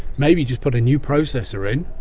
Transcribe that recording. maybe just put a new processor in,